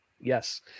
Yes